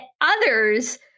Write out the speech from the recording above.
others